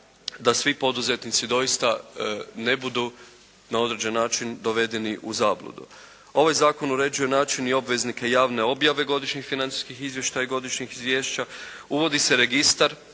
da svi poduzetnici doista ne budu na određen način dovedeni u zabludu. Ovaj Zakon uređuje način i obveznike javne objave godišnjih financijskih izvještaja godišnjih izvješća, uvodi se registar